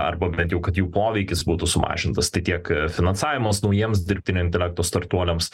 arba bent jau kad jų poveikis būtų sumažintas tai tiek finansavimas naujiems dirbtinio intelekto startuoliams